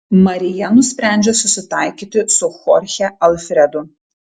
marija nusprendžia susitaikyti su chorche alfredu